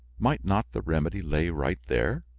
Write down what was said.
might not the remedy lay right there?